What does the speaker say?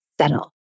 settle